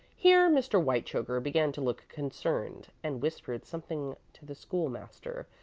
here mr. whitechoker began to look concerned, and whispered something to the school-master,